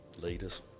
leaders